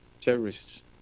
terrorists